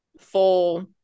full